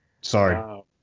Sorry